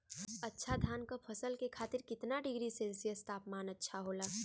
अच्छा धान क फसल के खातीर कितना डिग्री सेल्सीयस तापमान अच्छा होला?